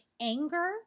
anger